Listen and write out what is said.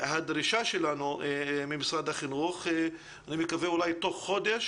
הדרישה שלנו ממשרד החינוך היא שתוך חודש